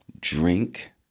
drink